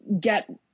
get